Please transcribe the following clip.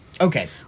Okay